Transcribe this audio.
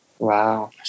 Wow